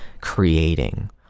creating